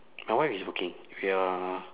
my wife is working we are